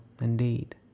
indeed